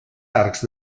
arcs